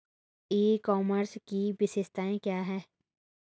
ई commerce की विशेषताएं क्या हैं?